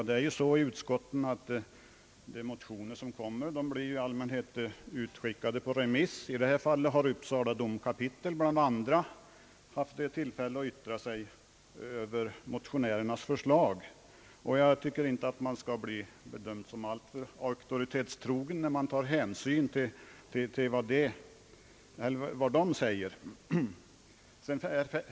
Herr talman! De motioner som väcks skickas ju i allmänhet av utskotten ut på remiss. I detta fall har bl.a. Uppsala domkapitel haft tillfälle att yttra sig över motionärernas förslag. Jag tycker inte att man skall behöva bli bedömd som alltför auktoritetstrogen därför att man tar hänsyn till vad som sägs i det yttrandet.